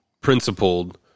principled